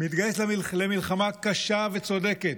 מתגייס למלחמה קשה וצודקת: